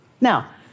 Now